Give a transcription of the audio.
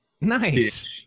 Nice